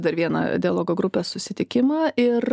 dar vieną dialogo grupės susitikimą ir